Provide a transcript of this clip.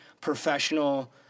professional